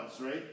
right